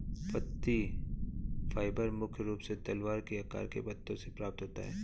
पत्ती फाइबर मुख्य रूप से तलवार के आकार के पत्तों से प्राप्त होता है